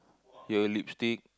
your lipstick